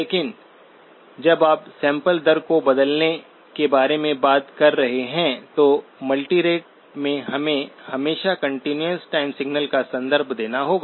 लेकिन जब आप सैंपल दर को बदलने के बारे में बात कर रहे हैं तो मल्टीरेट में हमें हमेशा कंटीन्यूअस टाइम सिग्नल का संदर्भ देना होगा